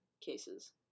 cases